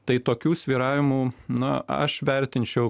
tai tokių svyravimų na aš vertinčiau